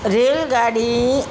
રેલગાડી